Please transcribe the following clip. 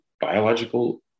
biological